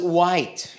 white